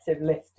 list